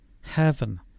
heaven